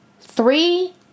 three